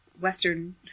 Western